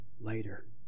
later